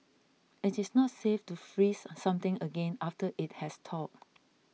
it is not safe to freeze something again after it has thawed